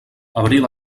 abril